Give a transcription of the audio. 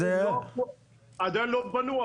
אבל עדיין לא בנו,